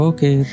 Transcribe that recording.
Okay